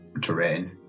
terrain